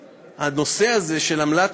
הנושא הזה של עמלת